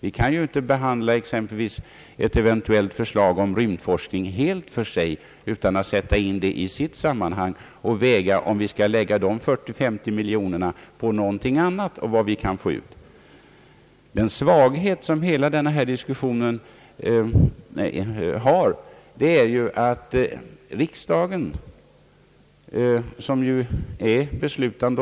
Vi kan inte behandla ett eventuellt förslag om rymdforskning helt för sig utan att sätta in det i sitt sammanhang och väga om vi skall lägga de kanske 40 eller 50 miljonerna på någonting annat och vad det i så fall kan ge. Svagheten i hela denna diskussion är ju att riksdagen, som beslutar med Ang.